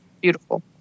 beautiful